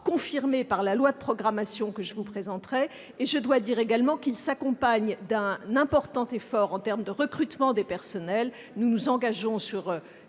confirmées par la loi de programmation que je vous présenterai. Elles s'accompagnent en outre d'un important effort en termes de recrutement de personnels. Nous nous engageons sur